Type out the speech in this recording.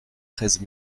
treize